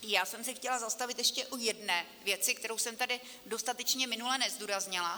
Já jsem se chtěla zastavit ještě u jedné věci, kterou jsem tady dostatečně minule nezdůraznila.